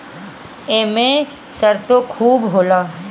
एमे सरतो खुबे होला